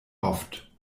oft